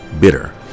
Bitter